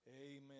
Amen